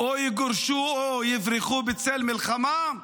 יגורשו או יברחו בצל המלחמה,